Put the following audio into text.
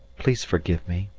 please forgive me,